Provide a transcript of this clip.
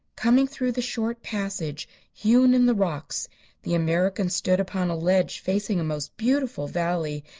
coming through the short passage hewn in the rocks the american stood upon a ledge facing a most beautiful valley,